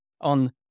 on